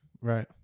Right